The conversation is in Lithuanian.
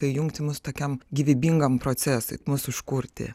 įjungti mus tokiam gyvybingam procesui mus užkurti